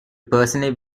personally